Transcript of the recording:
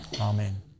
Amen